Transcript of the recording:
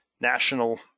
national